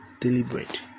Deliberate